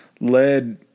led